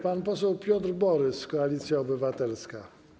Pan poseł Piotr Borys, Koalicja Obywatelska.